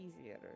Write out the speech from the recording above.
easier